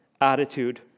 attitude